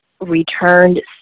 returned